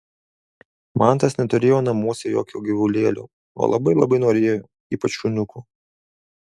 mantas neturėjo namuose jokio gyvulėlio o labai labai norėjo ypač šuniuko